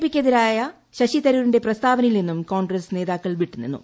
പിയ്ക്കെതിരായ ശശി തരൂരിന്റെ പ്രസ്താവനയിൽ നിന്നും കോൺഗ്രസ് നേതാക്കൾ വിട്ടു നിന്നു